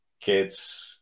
kids